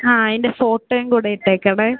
ആ അതിന്റെ ഫോട്ടോയും കൂടെ ഇട്ടേക്കണെ